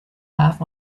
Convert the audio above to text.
laugh